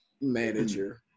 manager